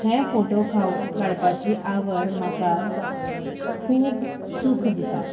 हें फोटो खाव काडपाची आवड म्हाका खूब सूख दिता